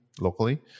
locally